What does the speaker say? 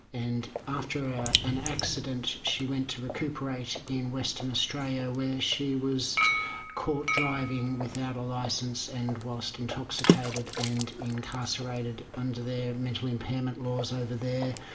and after an accident she went to recuperate in western australia where she was caught driving without a licence and whilst intoxicated and incarcerated under their mental impairment laws under there.